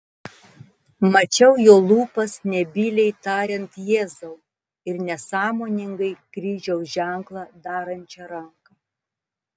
mačiau jo lūpas nebyliai tariant jėzau ir nesąmoningai kryžiaus ženklą darančią ranką